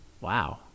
Wow